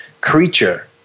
creature